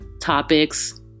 topics